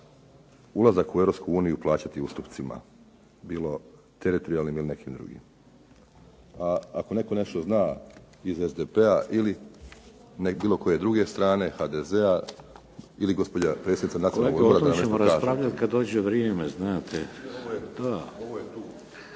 ulazak u Europsku uniju plaćati ustupcima, bilo teritorijalnim ili nekim drugim. A ako netko nešto zna iz SDP-a ili bilo koje druge strane, HDZ-a ili gospođa predsjednica Nacionalnog odbora. **Šeks, Vladimir (HDZ)** Kolega, o tome ćemo raspravljati kad dođe vrijeme znate. …/Upadica